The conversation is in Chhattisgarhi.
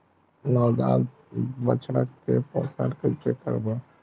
नवजात बछड़ा के पोषण कइसे करबो?